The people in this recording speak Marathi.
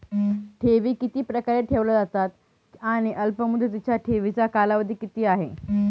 ठेवी किती प्रकारे ठेवल्या जातात आणि अल्पमुदतीच्या ठेवीचा कालावधी किती आहे?